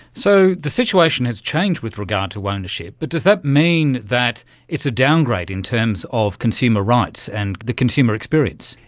so the situation has changed with regard to ownership, but does that mean that it's a downgrade in terms of consumer rights and the consumer experience?